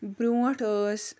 برٛونٛٹھ ٲسۍ